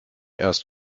erst